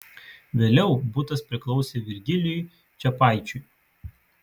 vėliau butas priklausė virgilijui čepaičiui